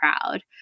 proud